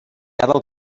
del